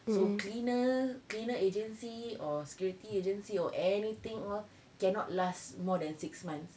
so cleaner cleaner agency or security agency or anything !wah! cannot last more than six months